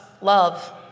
love